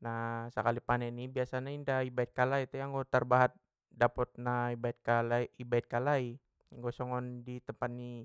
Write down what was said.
Na sakali panen i biasana inda i baen kalai te anggo tarbahat dapotna i baen kalai- i baen kalai, anggo songon tempat ni